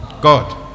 God